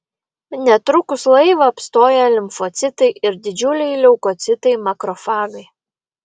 netrukus laivą apstoja limfocitai ir didžiuliai leukocitai makrofagai